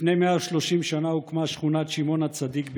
לפני 130 שנה הוקמה שכונת שמעון הצדיק בירושלים.